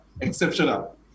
exceptional